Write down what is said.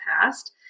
past